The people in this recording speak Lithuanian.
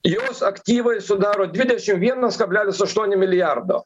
jos aktyvai sudaro dvidešim vienas kablelis aštuoni milijardo